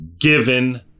given